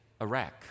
Iraq